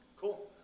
Cool